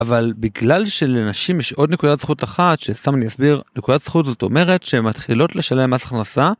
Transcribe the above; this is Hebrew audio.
אבל בגלל שלנשים יש עוד נקודת זכות אחת שסתם אני אסביר נקודת זכות זאת אומרת שהן מתחילות לשלם מס הכנסה.